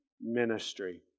ministry